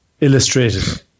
illustrated